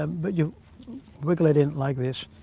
um but you wiggle it in like this.